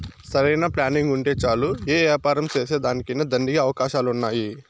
సరైన ప్లానింగుంటే చాలు యే యాపారం సేసేదానికైనా దండిగా అవకాశాలున్నాయి